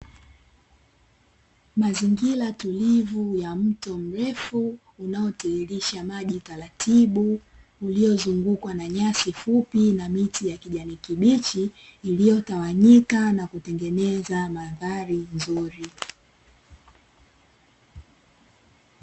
Mazingira tulivu ya mto mrefu unaotiririsha maji taratibu, uliozungukwa na nyasi fupi na miti ya kijani kibichi, iliyotawanyika na kutengeneza mandhari nzuri.